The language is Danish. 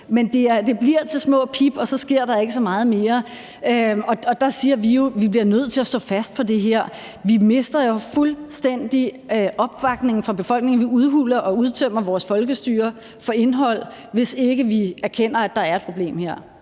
Men det bliver ved de små pip, og så sker der ikke så meget mere. Og der siger vi jo: Vi bliver nødt til at stå fast på det her; vi mister jo fuldstændig opbakningen fra befolkningen; vi udhuler og tømmer vores folkestyre for indhold, hvis ikke vi erkender, at der er et problem her.